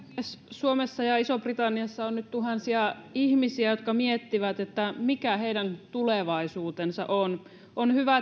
suomessa ja isossa britanniassa on nyt tuhansia ihmisiä jotka miettivät mikä heidän tulevaisuutensa on on hyvä